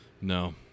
No